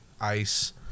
ice